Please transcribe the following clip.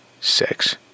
sex